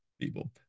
people